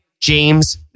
James